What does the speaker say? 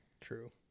True